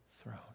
throne